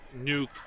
nuke